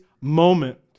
moment